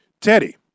Teddy